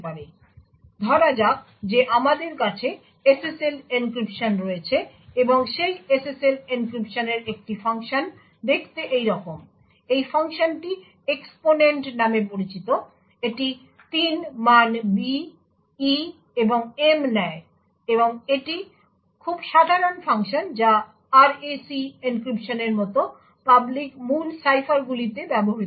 এখন ধরা যাক যে আমাদের কাছে SSL এনক্রিপশন রয়েছে এবং সেই SSL এনক্রিপশনের একটি ফাংশন দেখতে এইরকম এই ফাংশনটি এক্সপোনেন্ট নামে পরিচিত এটি 3 মান b e এবং m নেয় এবং এটি একটি খুব সাধারণ ফাংশন যা RAC এনক্রিপশনের মত পাবলিক মূল সাইফারগুলিতে ব্যবহৃত হয়